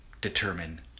determine